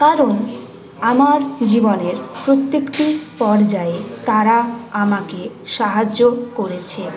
কারণ আমার জীবনের প্রত্যেকটি পর্যায় তারা আমাকে সাহায্য করেছে